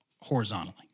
horizontally